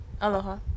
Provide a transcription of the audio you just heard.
aloha